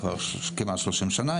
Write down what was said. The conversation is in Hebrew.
כבר כמעט 30 שנה,